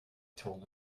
told